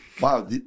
wow